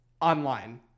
online